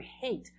hate